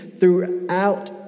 Throughout